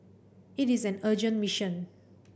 it is an urgent mission